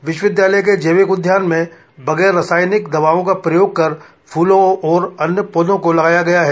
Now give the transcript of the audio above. विश्वविद्यालय के जैविक उद्यान में बगैर रासायनिक दवाओं का प्रयोग कर फूलों और अन्य पौधों को लगाया गया है